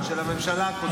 -- של הממשלה הקודמת.